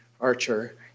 Archer